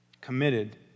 Committed